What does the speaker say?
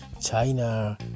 China